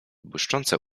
błyszczące